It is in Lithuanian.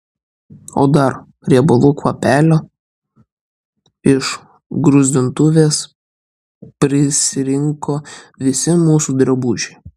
o dar riebalų kvapelio iš gruzdintuvės prisirinko visi mūsų drabužiai